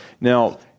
Now